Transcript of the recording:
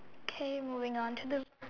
okay moving on to the